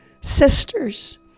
sisters